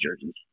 jerseys